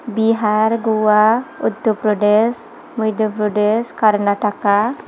बिहार ग'वा उत्तर प्रदेश मैध्य प्रदेश कर्नाटका